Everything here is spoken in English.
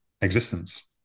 existence